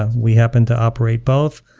ah we happen to operate both.